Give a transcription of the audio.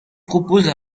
propose